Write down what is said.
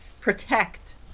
protect